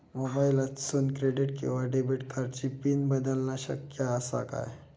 मोबाईलातसून क्रेडिट किवा डेबिट कार्डची पिन बदलना शक्य आसा काय?